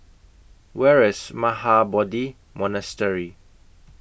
Where IS Mahabodhi Monastery